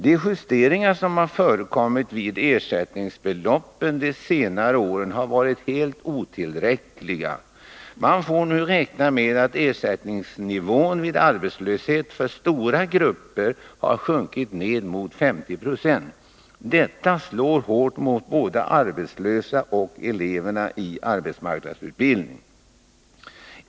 De justeringar som har förekommit av ersättningsbeloppen de senaste åren har varit helt otillräckliga. Man får räkna med att ersättningsnivån vid arbetslöshet för stora grupper har sjunkit ned mot 50 96. Detta slår hårt mot både arbetslösa och eleverna i arbetsmarknadsutbildning.